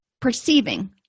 perceiving